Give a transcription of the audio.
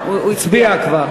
הצביע?